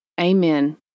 Amen